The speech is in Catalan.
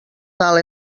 dalt